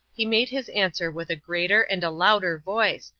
he made his answer with a greater and a louder voice,